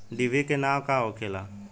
डिभी के नाव का होखेला?